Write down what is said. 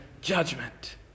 judgment